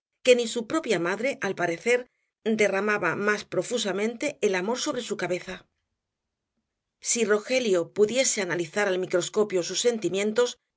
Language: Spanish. que ni su propia madre al parecer derramaba más profusamente el amor sobre su cabeza si rogelio pudiese analizar al microscopio sus sentimientos